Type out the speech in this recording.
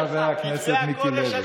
אני קורא לחבר הכנסת מיקי לוי.